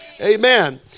Amen